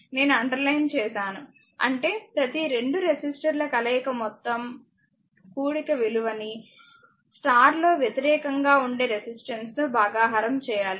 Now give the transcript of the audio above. నేను అండర్లైన్ చేసాను అంటే ప్రతి రెండు రెసిస్టర్ల కలయిక యొక్క మొత్తం కూడిక విలువని స్టార్ లో వ్యతిరేకంగా ఉండే రెసిస్టెన్స్ తో భాగహారం చేయాలి